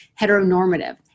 heteronormative